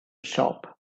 shop